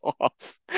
off